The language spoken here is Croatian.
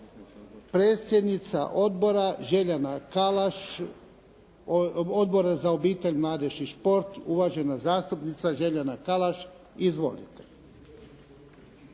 Predsjednica Odbora Željana Kalaš, Odbora za obitelj, mladež i šport, uvažena zastupnica Željana Kalaš. Izvolite.